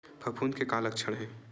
फफूंद के का लक्षण हे?